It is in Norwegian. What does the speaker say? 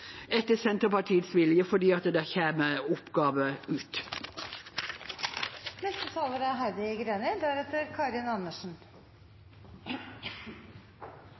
etter Senterpartiets vilje, fordi det kommer oppgaver ut?